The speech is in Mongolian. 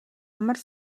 амар